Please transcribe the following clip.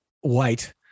White